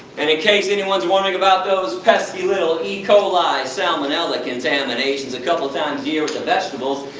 and in case anyone is wondering about those pesky little e. coli, salmonella contaminations a couple times a year with the vegetables.